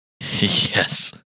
Yes